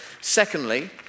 Secondly